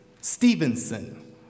Stevenson